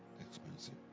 Expensive